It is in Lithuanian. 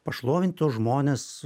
pašlovint tuos žmones